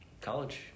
college